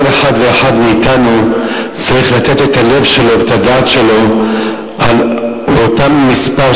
כל אחד ואחד מאתנו צריך לתת את הלב שלו ואת הדעת שלו על אותו מספר,